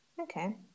Okay